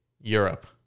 Europe